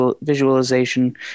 visualization